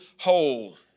whole